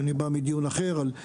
אני בא מדיון אחר על יישובים,